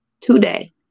today